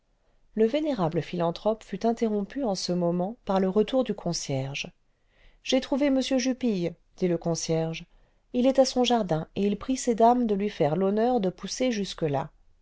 le vénérable philanthrope fut interrompu en cemomenlparle retour du concierge ce j'ai trouvé m jupille dit le concierge il est à son jardin et il prit ces clames cle lui faire l'honneur de pousser jusque-là